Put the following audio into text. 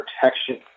protection